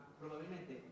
probabilmente